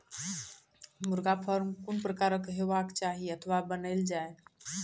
मुर्गा फार्म कून प्रकारक हेवाक चाही अथवा बनेल जाये?